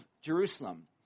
Jerusalem